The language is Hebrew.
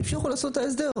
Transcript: אי אפשר כאן לעשות את ההסדר.